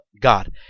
God